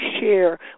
share